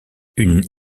une